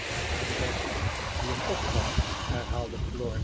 haar adres hier opgaf herhaalde